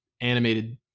animated